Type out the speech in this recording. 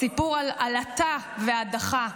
סיפור על עלטה והדחה,